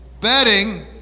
betting